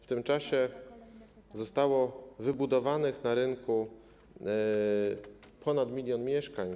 W tym czasie zostało wybudowanych na rynku ponad 1 mln mieszkań.